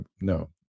no